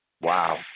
Wow